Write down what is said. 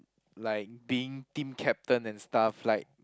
like being team captain and stuff like